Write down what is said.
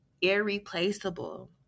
irreplaceable